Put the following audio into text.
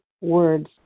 words